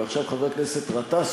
ועכשיו חבר הכנסת גטאס,